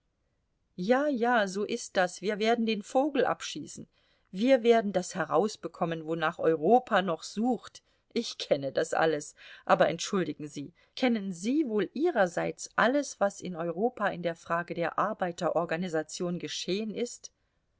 ja ja so ist das wir werden den vogel abschießen wir werden das herausbekommen wonach europa noch sucht ich kenne das alles aber entschuldigen sie kennen sie wohl ihrerseits alles was in europa in der frage der arbeiterorganisation geschehen ist